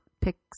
picks